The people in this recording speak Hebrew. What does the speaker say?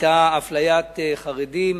היתה אפליית חרדים,